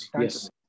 Yes